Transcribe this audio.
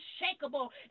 unshakable